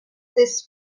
this